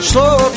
Slow